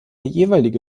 jeweilige